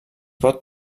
pot